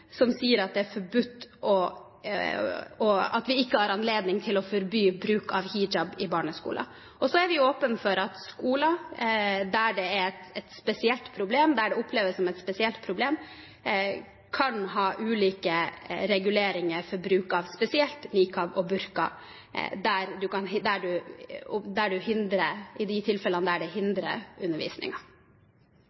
som sier at vi ikke har anledning til å forby bruk av hijab i barneskolen. Så er vi åpne for at skoler der det oppleves som et spesielt problem, kan ha ulike reguleringer for bruk av spesielt niqab og burka i de tilfellene der det hindrer undervisningen. Representanten Ljunggren siterer selv Menneskerettskonvensjonens artikkel 9, hvor det